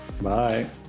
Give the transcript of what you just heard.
Bye